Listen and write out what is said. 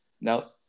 Now